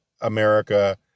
America